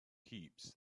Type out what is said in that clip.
heaps